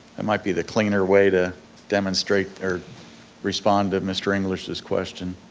that might be the cleaner way to demonstrate or respond to mr. english's question.